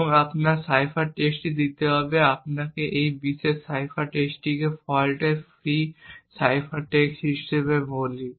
এবং আপনাকে cipher text দিতে হবে আমরা এই বিশেষ সাইফার টেক্সটকে ফল্ট ফ্রি সাইফার টেক্সট হিসেবে বলি